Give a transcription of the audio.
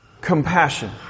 Compassion